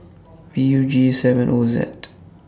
V U G seven O Z